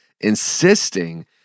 insisting